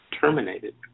terminated